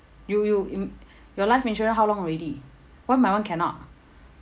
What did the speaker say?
you you im~ your life insurance how long already why my [one] cannot